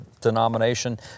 denomination